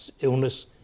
illness